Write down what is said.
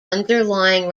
underlying